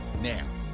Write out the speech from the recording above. now